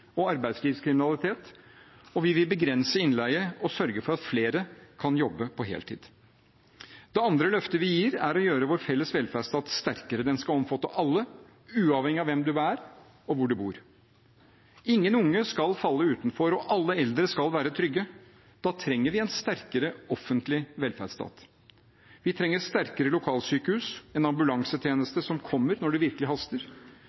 og arbeidslivskriminalitet, og vi vil begrense innleie og sørge for at flere kan jobbe heltid. Det andre løftet vi gir, er å gjøre vår felles velferdsstat sterkere. Den skal omfatte alle, uavhengig av hvem du er, og hvor du bor. Ingen unge skal falle utenfor, og alle eldre skal være trygge. Da trenger vi en sterkere offentlig velferdsstat. Vi trenger sterkere lokalsykehus, en ambulansetjeneste som kommer når det virkelig haster,